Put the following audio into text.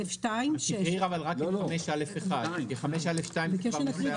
5א1, כי סעיף 5א2 זה כבר נושא אחר.